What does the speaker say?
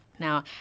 Now